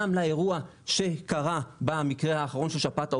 גם לאירוע שקרה במקרה האחרון של שפעת העופות,